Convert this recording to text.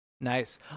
Nice